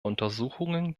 untersuchungen